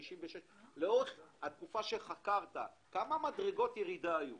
56. לאורך התקופה שחקרת, כמה מדרגות ירידה היו